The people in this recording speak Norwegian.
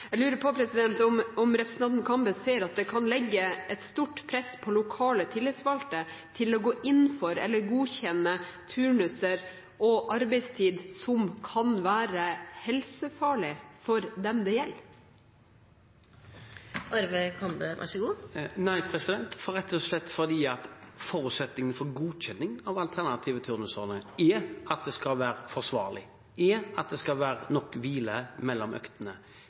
Jeg lurer på om representanten Kambe ser at det kan legge et stort press på lokale tillitsvalgte til å gå inn for, eller godkjenne, turnuser og arbeidstid som kan være helsefarlig for dem det gjelder? Nei – rett og slett fordi forutsetningen for godkjenning av alternative turnusordninger er at det skal være forsvarlig, at det skal være nok hvile mellom øktene.